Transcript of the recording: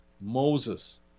Moses